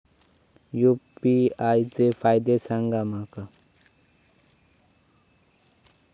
UPI चे फायदे सांगा माका?